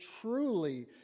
truly